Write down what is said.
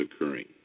occurring